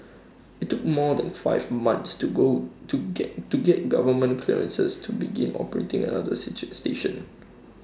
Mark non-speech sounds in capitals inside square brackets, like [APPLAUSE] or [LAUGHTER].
IT took more than five months to go to get to get government clearances to begin operating another [UNINTELLIGIBLE] station